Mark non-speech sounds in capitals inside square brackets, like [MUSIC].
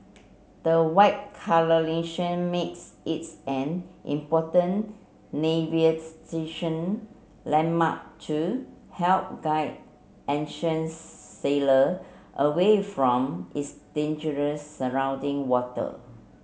the white colouration makes its an important [UNINTELLIGIBLE] landmark to help guide ancient sailor away from its dangerous surrounding water